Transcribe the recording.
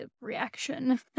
reaction